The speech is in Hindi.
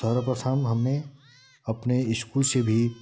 सर्वप्रथम हमने अपने इस्कूल से भी